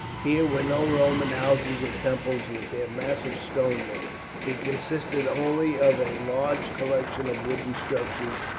here were no roman houses or temples with their massive stone work it consisted only of a large collection of wooden structures,